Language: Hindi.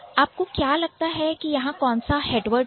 आपको क्या लगता है यहां कौन सा है हेडवर्ड है